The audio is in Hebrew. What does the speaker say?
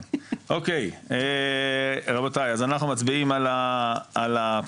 אוקיי, רבותי אז אנחנו מצביעים על הפיצול.